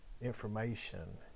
information